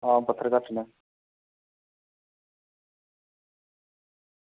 हां पत्थर घट्ट न